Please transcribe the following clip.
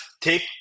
take